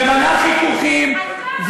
ומנע חיכוכים,